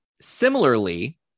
similarly